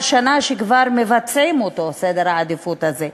שנה שכבר מבצעים את סדר העדיפויות הזה,